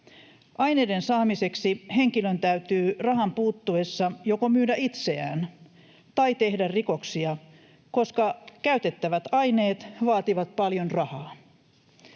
Aineiden saamiseksi henkilön täytyy rahan puuttuessa joko myydä itseään tai tehdä rikoksia, koska käytettävät aineet vaativat paljon rahaa.